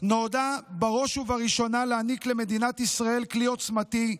נועדה בראש ובראשונה להעניק למדינת ישראל כלי עוצמתי,